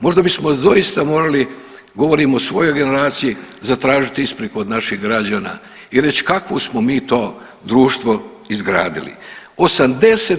Možda bismo doista govorili, govorim o svojoj generaciji, zatražiti ispriku od naših građana i reć kakvu smo mi to društvo izgradili.